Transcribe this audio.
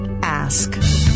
Ask